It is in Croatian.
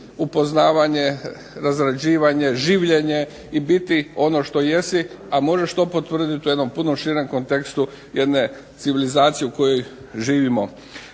upoznavanje, razrađivanje, življenje i biti ono što jesi, a možeš to potvrdit u jednom puno širem kontekstu jedne civilizacije u kojoj živimo.